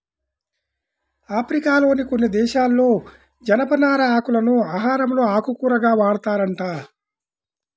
ఆఫ్రికాలోని కొన్ని దేశాలలో జనపనార ఆకులను ఆహారంలో ఆకుకూరగా వాడతారంట